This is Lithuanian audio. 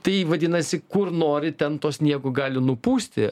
tai vadinasi kur nori ten to sniego gali nupūsti